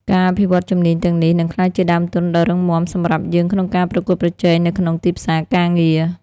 ការអភិវឌ្ឍជំនាញទាំងនេះ នឹងក្លាយជាដើមទុនដ៏រឹងមាំសម្រាប់យើងក្នុងការប្រកួតប្រជែងនៅក្នុងទីផ្សារការងារ។